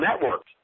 networks